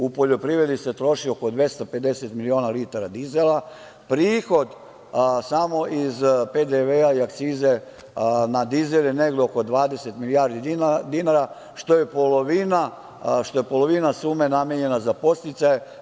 U poljoprivredi se troši oko 250 miliona litara dizela, prihod samo iz PDV i akcize na dizel je negde oko 20 milijardi dinara što je polovina sume namenjena za podsticaje.